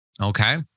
Okay